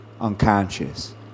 unconscious